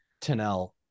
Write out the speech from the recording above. Tanel